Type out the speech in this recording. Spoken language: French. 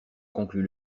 conclut